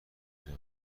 جمع